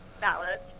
ballot